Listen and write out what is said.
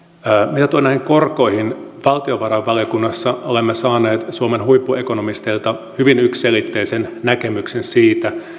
mitä tulee näihin korkoihin valtiovarainvaliokunnassa olemme saaneet suomen huippuekonomisteilta hyvin yksiselitteisen näkemyksen siitä